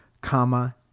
comma